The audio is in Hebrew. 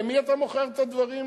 למי אתה מוכר את הדברים האלה?